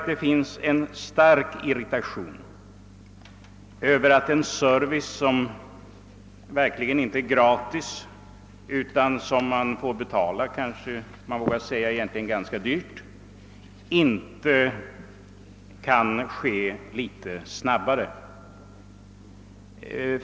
Det råder en stark irritation över att en service, som man verkligen inte får gratis utan måste betala ganska dyrt, inte kan lämnas litet snabbare.